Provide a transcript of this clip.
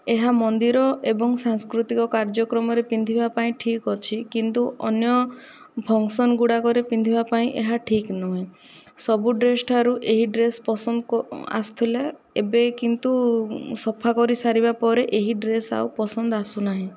ଏହା ମନ୍ଦିର ଏବଂ ସାଂସ୍କୃତିକ କାର୍ଯ୍ୟକ୍ରମରେ ପିନ୍ଧିବା ପାଇଁ ଠିକ ଅଛି କିନ୍ତୁ ଅନ୍ୟ ଫଙ୍କସନ ଗୁଡ଼ାକରେ ପିନ୍ଧିବା ପାଇଁ ଏହା ଠିକ ନୁହେଁ ସବୁ ଡ୍ରେସଠାରୁ ଏହି ଡ୍ରେସ ପସନ୍ଦ ଆସୁଥିଲା ଏବେ କିନ୍ତୁ ସଫା କରିସାରିବା ପରେ ଏହି ଡ୍ରେସ ଆଉ ପସନ୍ଦ ଆସୁନାହିଁ